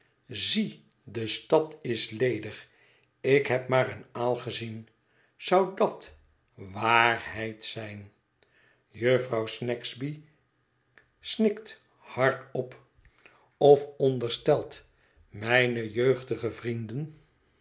zie de stad is ledig ik heb maar een aal gezien zou dat wa a arheid zijn jufvrouw snagsby snikt hardop of onderstelt mijne jeugdige vrienden